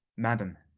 madam,